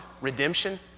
redemption